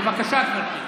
בבקשה, גברתי.